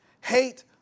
Hate